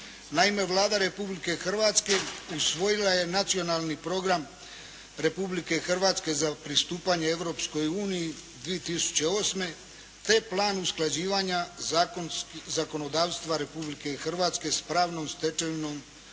Naime, Vlada Republike Hrvatske usvojila je Nacionalni program Republike Hrvatske za pristupanje Europskoj uniji 2008., te plan usklađivanja zakonodavstva Republike Hrvatske s pravnom stečevinom